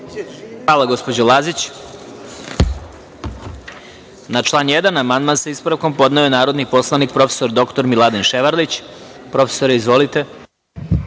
Hvala, gospođo Lazić. Na član 1. amandman, sa ispravkom, podneo je narodni poslanik prof. dr Miladin Ševarlić. Profesore, izvolite.